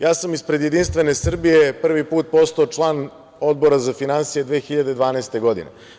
Ja sam ispred Jedinstvene Srbije prvi put postao član Odbora za finansije 2012. godine.